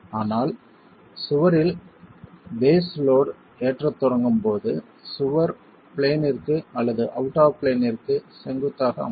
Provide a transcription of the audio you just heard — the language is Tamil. ஆனால் சுவரில் பேஸ் லோட் ஏற்றத் தொடங்கும் போது சுவர் பிளேன்ற்கு அல்லது அவுட் ஆஃப் பிளேன்ற்கு செங்குத்தாக அமையும்